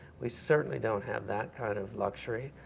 we certainly don't have that kind of luxury,